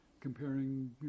comparing